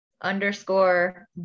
underscore